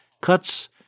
cuts